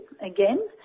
again